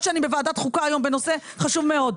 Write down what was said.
שאני בוועדת חוקה היום בנושא חשוב מאוד,